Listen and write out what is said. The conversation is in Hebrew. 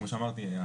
כמו שאמרתי,